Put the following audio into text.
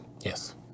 Yes